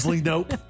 Nope